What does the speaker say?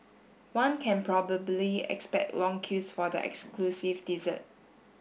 one can probably expect long queues for the exclusive dessert